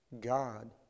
God